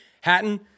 hatton